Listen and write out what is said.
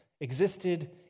existed